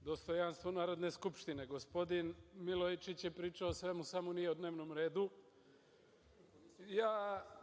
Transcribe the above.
dostojanstvo Narodne skupštine. Gospodin Milojičić je pričao o svemu, samo nije o dnevnom redu.